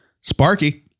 Sparky